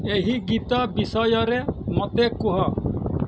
ଏହି ଗୀତ ବିଷୟରେ ମୋତେ କୁହ